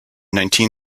nineteen